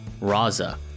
Raza